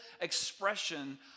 expression